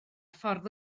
ffordd